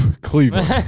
Cleveland